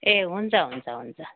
ए हुन्छ हुन्छ हुन्छ